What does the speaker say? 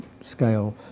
scale